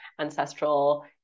ancestral